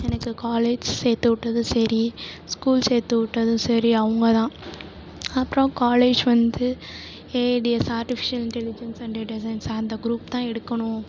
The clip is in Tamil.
எனக்கு காலேஜ் சேர்த்துவிட்டதும் சரி ஸ்கூல் சேர்த்துவிட்டதும் சரி அவங்க தான் அப்புறம் காலேஜ் வந்து AIDS artificial intelligence and designs அந்த க்ரூப் தான் எடுக்கணும்